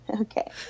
Okay